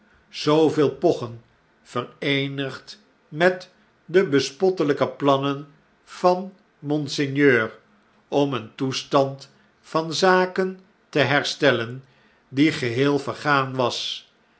pochen vereenigd met de bespottelpe plannen van monseigneur om een toestand van zakenteherstellen diegeheel vergaan was